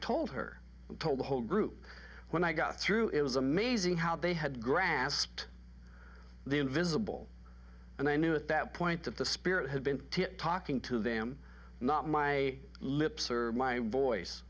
told her i told the whole group when i got through it was amazing how they had grasped the invisible and i knew at that point that the spirit had been talking to them not my lips or my